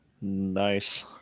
nice